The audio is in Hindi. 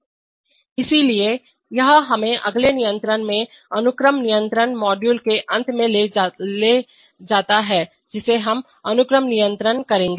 इसलिए यह हमें अगले नियंत्रण से अनुक्रम नियंत्रण मॉड्यूल के अंत में लाता है जिसे हम अनुक्रम नियंत्रण करेंगे